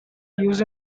used